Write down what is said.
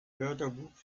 wörterbuch